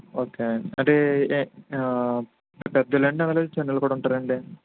okay అండి అంటే పెద్దోళ్ళేనా అండి ఎవరన్నా చిన్నోళ్ళు కూడా ఉంటారండి